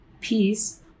peace